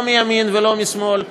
לא מימין ולא משמאל,